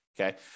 Okay